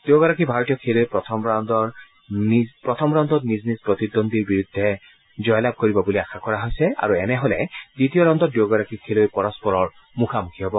দুয়োগৰাকী ভাৰতীয় খেলুৱৈয়ে প্ৰথম ৰাউণ্ডৰ নিজ নিজ প্ৰতিদ্বন্দ্বীৰ বিৰুদ্ধে জয়লাভ কৰিব বুলি আশা কৰা হৈছে আৰু এনে হলে দ্বিতীয় ৰাউণ্ডত দুয়োগৰাকী খেলুৱৈ পৰস্পৰৰ মুখামুখি হ'ব